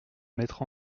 mettre